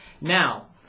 Now